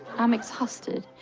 i'm exhausted.